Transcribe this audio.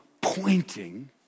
pointing